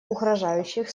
угрожающих